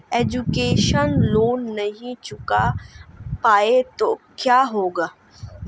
Education loan नहीं चुका पाए तो क्या होगा?